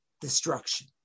destruction